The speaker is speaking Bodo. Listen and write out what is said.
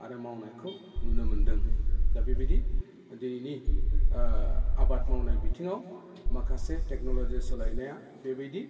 आरो मावनायखौ नुनो मोनदों दा बेबायदि दिनैनि आबाद मावनाय बिथिङाव माखासे टेकनल'जि सोलायनाया बेबायदि